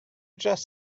just